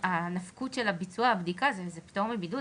שבעצם נפקות של ביצוע הבדיקה זה פטור מבידוד,